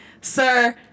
sir